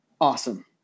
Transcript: Awesome